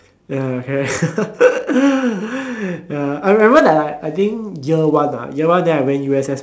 ya okay ya I remember like I think year one ah year one then I went U_S_S